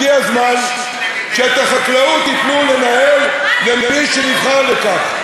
הגיע הזמן שאת החקלאות ייתנו לנהל למי שנבחר לכך.